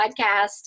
podcast